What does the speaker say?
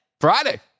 Friday